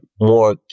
more